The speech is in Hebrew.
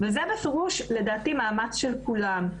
זה בפירוש לדעתי מאמץ של כולם.